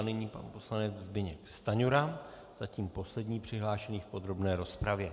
Nyní pan poslanec Zbyněk Stanjura, zatím poslední přihlášený v podrobné rozpravě.